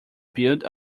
built